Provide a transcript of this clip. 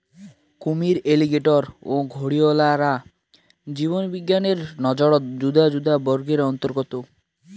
কুমীর, অ্যালিগেটর ও ঘরিয়ালরা জীববিজ্ঞানের নজরত যুদা যুদা বর্গের অন্তর্গত